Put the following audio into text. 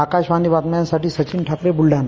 आकाशवाणी बातम्यांसाठी सचिन ठाकरे ब्लढाणा